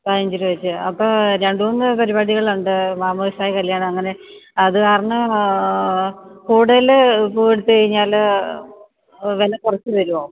പതിനഞ്ച് രൂപ വെച്ച് അപ്പോൾ രണ്ടുമൂന്ന് പരിപാടികളുണ്ട് മാമോദീസ കല്യാണം അങ്ങനെ അതുകാരണം കൂടുതൽ പൂവെടുത്തു കഴിഞ്ഞാൽ വില കുറച്ച് തരുവോ